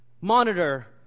Monitor